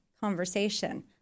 conversation